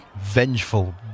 vengeful